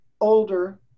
Older